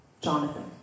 Jonathan